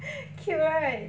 cute right